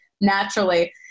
naturally